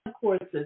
courses